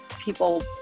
people